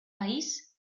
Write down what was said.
país